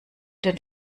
den